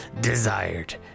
Desired